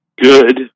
Good